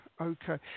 okay